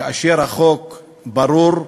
כאשר החוק ברור,